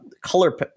color